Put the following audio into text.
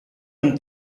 une